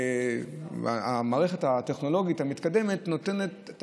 והמערכת הטכנולוגית המתקדמת נותנת את